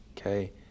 Okay